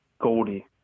Goldie